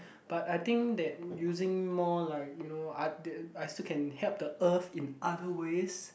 but I think that using more like you know I still can help the Earth in other ways